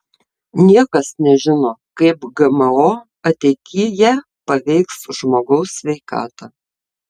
niekas nežino kaip gmo ateityje paveiks žmogaus sveikatą